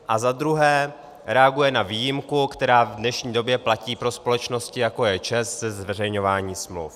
A za druhé reaguje na výjimku, která v dnešní době platí pro společnosti, jako je ČEZ, se zveřejňováním smluv.